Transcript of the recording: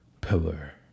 pillar